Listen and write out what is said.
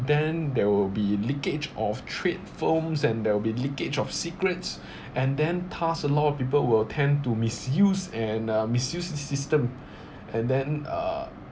then there will be leakage of trade firms and there will be leakage of secrets and then thus a lot of people will tend to misuse and uh misuse this system and then uh